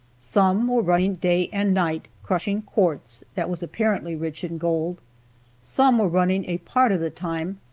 some were running day and night crushing quartz that was apparently rich in gold some were running a part of the time,